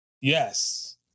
Yes